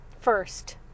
first